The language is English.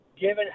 given